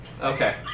Okay